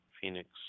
Phoenix